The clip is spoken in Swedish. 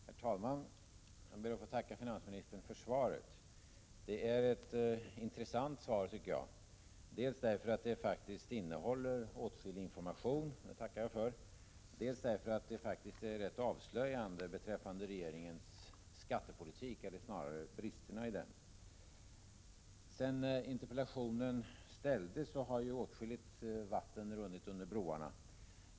Herr talman! Jag ber att få tacka finansministern för svaret. Det är ett intressant svar dels därför att det faktiskt innehåller åtskillig information — det tackar jag för —, dels därför att det är rätt avslöjande beträffande regeringens skattepolitik, eller snarare bristerna i den. Sedan interpellationen ställdes har åtskilligt vatten runnit under broarna.